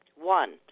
One